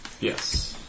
Yes